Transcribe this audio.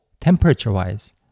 temperature-wise